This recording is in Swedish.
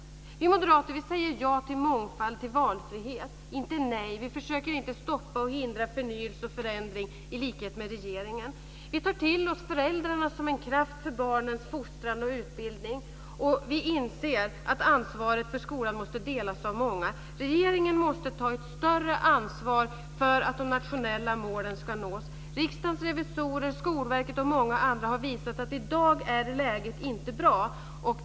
Vi moderater säger ja till mångfald och valfrihet. Vi säger inte nej. Vi försöker inte stoppa och hindra förnyelse och förändring i likhet med regeringen. Vi tar till oss föräldrarna som en kraft för barnens fostran och utbildning. Och vi inser att ansvaret för skolan måste delas av många. Regeringen måste ta ett större ansvar för att de nationella målen ska nås. Riksdagens revisorer, Skolverket och många andra har visat att läget i dag inte är bra.